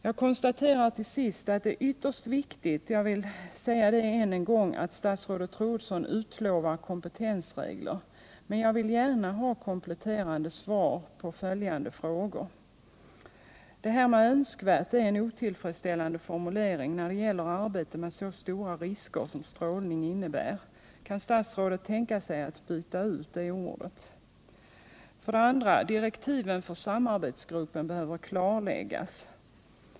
Jag konstaterar till sist att det är ytterst viktigt att Ingegerd Troedsson utlovar kompetensregler, och jag vill gärna ha kompletterande svar på följande frågor: 1. ”Önskvärt” är en otillfredsställande formulering när det gäller arbete med så stora risker som strålning innebär. Kan Ingegerd Troedsson byta ut det ordet? 2. Direktiven för samarbetsgruppen behöver klarläggas.